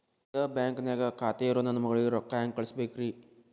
ಇದ ಬ್ಯಾಂಕ್ ನ್ಯಾಗ್ ಖಾತೆ ಇರೋ ನನ್ನ ಮಗಳಿಗೆ ರೊಕ್ಕ ಹೆಂಗ್ ಕಳಸಬೇಕ್ರಿ?